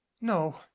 no